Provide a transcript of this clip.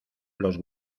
los